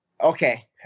okay